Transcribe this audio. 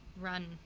run